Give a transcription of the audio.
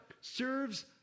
serves